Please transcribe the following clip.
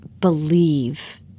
believe